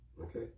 Okay